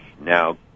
now